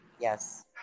Yes